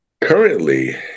Currently